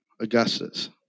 Augustus